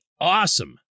awesome